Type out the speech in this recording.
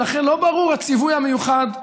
ולכן לא ברור הציווי המיוחד "זכור".